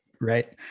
Right